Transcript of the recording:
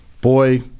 boy